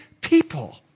people